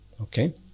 Okay